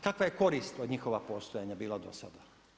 Kakva je korist od njihova postojanja bila do sada?